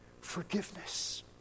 forgiveness